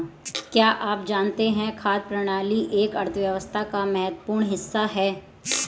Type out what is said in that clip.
क्या आप जानते है खाद्य प्रणाली एक अर्थव्यवस्था का महत्वपूर्ण हिस्सा है?